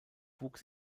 wuchs